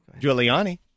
Giuliani